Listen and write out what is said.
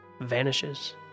vanishes